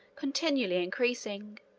continually increasing.